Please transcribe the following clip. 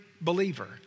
believer